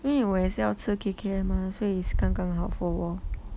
因为我也是要吃 K_K_M 吗所以是刚刚好 for 我